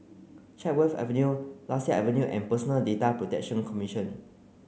Chatsworth Avenue Lasia Avenue and Personal Data Protection Commission